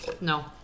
No